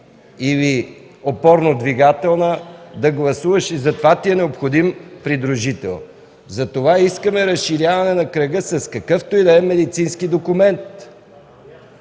или опорно-двигателна – да гласуваш и затова ти е необходим придружител. Затова искаме разширяване на кръга – с какъвто и да е медицински документ.